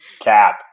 cap